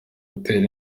gutera